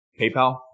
PayPal